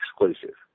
exclusive